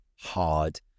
hard